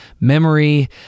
memory